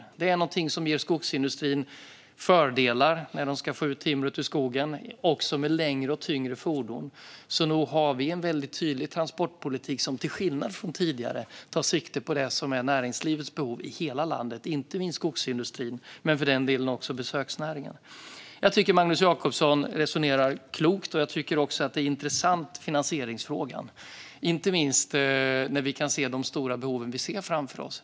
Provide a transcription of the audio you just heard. Detta är något som ger skogsindustrin fördelar när de ska få ut timret ur skogen, också med längre och tyngre fordon, så nog har vi en väldigt tydlig transportpolitik som till skillnad från tidigare tar sikte på näringslivets behov i hela landet, inte minst skogsindustrins men för den delen också besöksnäringens. Jag tycker att Magnus Jacobsson resonerar klokt. Jag tycker också att finansieringsfrågan är intressant, inte minst med de stora behov som vi kan se framför oss.